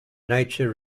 nature